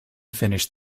finished